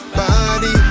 body